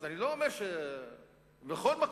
בכל מקום.